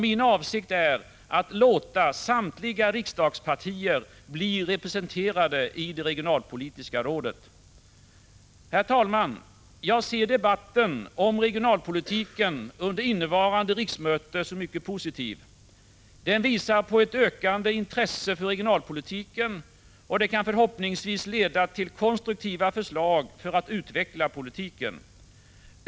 Jag avser att låta samtliga riksdagspartier bli representerade i det regionalpolitiska rådet. Herr talman! Jag ser debatten om regionalpolitiken under innevarande riksmöte som mycket positiv. Den visar på ett ökat intresse för regionalpolitiken, och det kan förhoppningsvis leda till konstruktiva förslag för att utveckla politiken.